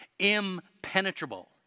impenetrable